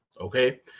okay